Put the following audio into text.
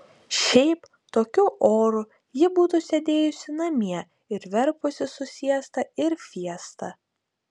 šiaip tokiu oru ji būtų sėdėjusi namie ir verpusi su siesta ir fiesta